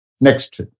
Next